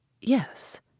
Yes